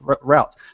routes